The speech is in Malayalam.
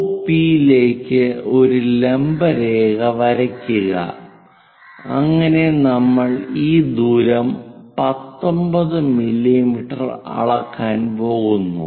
OP ലേക്ക് ഒരു ലംബ രേഖ വരയ്ക്കുക അങ്ങനെ നമ്മൾ ഈ ദൂരം 19 മില്ലീമീറ്റർ അളക്കാൻ പോകുന്നു